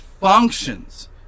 functions